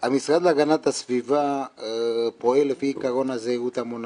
המשרד להגנת הסביבה פועל לפי עיקרון הזהירות המונעת,